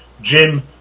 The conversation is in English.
Jim